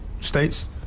states